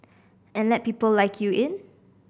and let people like you in